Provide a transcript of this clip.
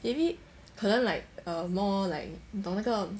maybe 可能 like err more like 你懂那个